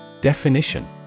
Definition